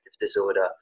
disorder